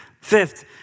fifth